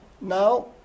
Now